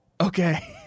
Okay